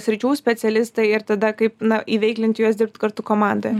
sričių specialistai ir tada kaip na įveiklinti juos dirbti kartu komandoje